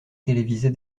télévisée